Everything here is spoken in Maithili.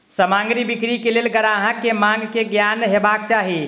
सामग्री बिक्री के लेल ग्राहक के मांग के ज्ञान हेबाक चाही